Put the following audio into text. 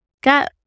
got